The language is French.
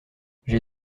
j’ai